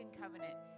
covenant